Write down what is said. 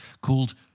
called